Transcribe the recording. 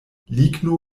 ligno